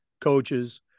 coaches